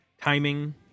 Timing